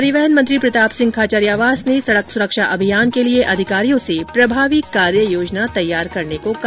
परिवहन मंत्री प्रतापसिंह खाचरियावास ने सड़क सुरक्षा अभियान के लिए अधिकारियों से प्रभावी कार्य योजना तैयार करने को कहा